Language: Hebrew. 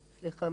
סליחה,